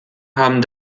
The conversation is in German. haben